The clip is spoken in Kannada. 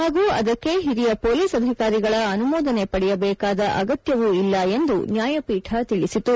ಹಾಗೂ ಅದಕ್ಷೆ ಹಿರಿಯ ಪೊಲೀಸ್ ಅಧಿಕಾರಿಗಳ ಅನುಮೋದನೆ ಪಡೆಯಬೇಕಾದ ಅಗತ್ತವೂ ಇಲ್ಲ ಎಂದು ನ್ನಾಯಪೀಠ ತಿಳಿಸಿತು